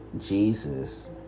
Jesus